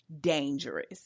dangerous